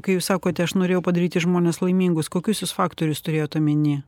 kai jūs sakote aš norėjau padaryti žmones laimingus kokius jūs faktorius turėjot omeny